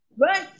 Right